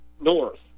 north